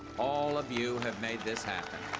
all of you have made this happen.